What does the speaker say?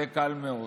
זה קל מאוד.